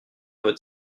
votre